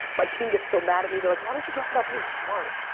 my team gets so mad at me, they're like, why don't you talk about being smart?